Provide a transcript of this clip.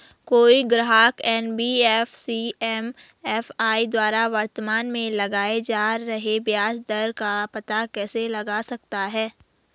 कोई ग्राहक NBFC MFI द्वारा वर्तमान में लगाए जा रहे ब्याज दर का पता कैसे लगा सकता है?